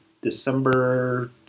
December